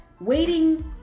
waiting